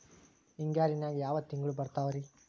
ಹಿಂಗಾರಿನ್ಯಾಗ ಯಾವ ತಿಂಗ್ಳು ಬರ್ತಾವ ರಿ?